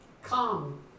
Come